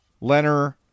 leonard